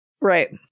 Right